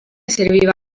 serviva